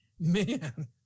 man